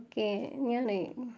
okay ഞാനേ